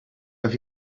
have